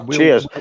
Cheers